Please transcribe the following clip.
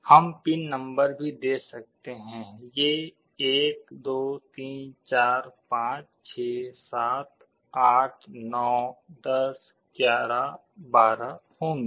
हम PIN number भी दे सकते हैं ये 1 2 3 4 5 6 7 8 9 10 11 12 होंगे